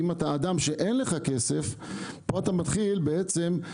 אם אתה אדם שאין לך כסף כאן אתה מתחיל להסתבך,